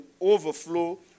overflow